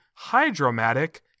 hydromatic